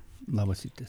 labas rytas